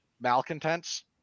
malcontents